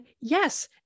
yes